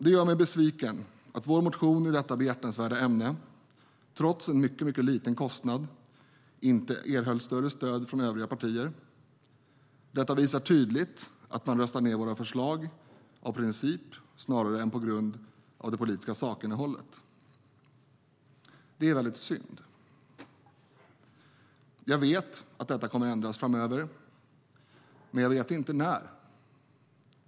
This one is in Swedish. Det gör mig besviken att vår motion i detta behjärtansvärda ämne, trots en mycket liten kostnad, inte erhöll större stöd från övriga partier. Detta visar tydligt att man röstar ned våra förslag av princip snarare än på grund av det politiska sakinnehållet. Det är synd. Jag vet att detta kommer att ändras framöver, men jag vet inte när.